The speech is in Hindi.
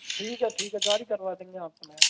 ठीक है ठीक है जारी करवा देंगे आपको नया